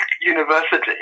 university